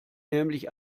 nämlich